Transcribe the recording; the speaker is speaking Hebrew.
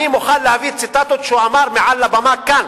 אני מוכן להביא ציטטות שהוא אמר מעל הבמה כאן: